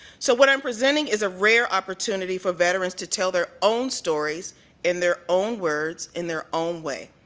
so what i'm presenting is a rare opportunity for veterans to tell their own stories in their own words in their own way.